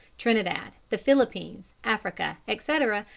trinidad, the philippines, africa, etc,